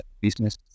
business